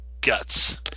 guts